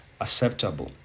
acceptable